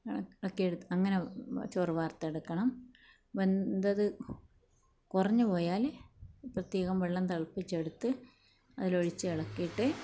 ഇളക്കി അങ്ങനെ ചോറ് വാർത്തെടുക്കണം വെൻന്തത് കുറഞ്ഞ് പോയാൽ പ്രത്യേകം വെള്ളം തിളപ്പിച്ചെടുത്ത് അതിലൊഴിച്ച് ഇളക്കീട്ട്